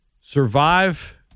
Survive